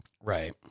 right